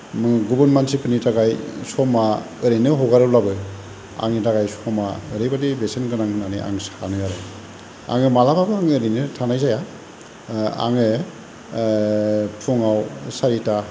गुबुन मानसिफोरनि थाखाय समा ओरैनो हगारोब्लाबो आंनि थाखाय समा ओरैबायदि बेसेन गोनां होननानै आं सानो आरो आङो मालाब्लाबो आङो ओरैनो थानाय जाया आङो फुङाव सारिथा